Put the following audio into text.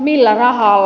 millä rahalla